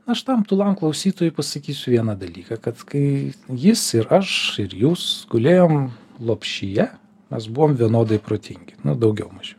aš tam tūlam klausytojui pasakysiu vieną dalyką kad kai jis ir aš ir jūs gulėjom lopšyje mes buvom vienodai protingi daugiau mažiau